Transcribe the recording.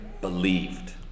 believed